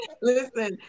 Listen